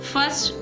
First